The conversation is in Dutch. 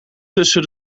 tussen